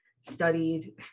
studied